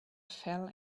fell